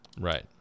Right